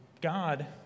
God